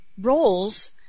roles